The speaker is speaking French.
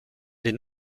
les